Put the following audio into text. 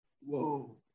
Whoa